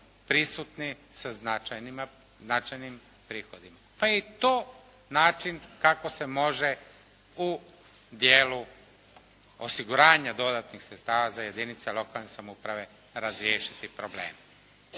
prisutni sa značajnim prihodima pa je i to način kako se može u dijelu osiguranja dodatnih sredstava za jedinice lokalne samouprave razriješiti problem.